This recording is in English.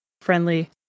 friendly